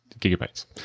gigabytes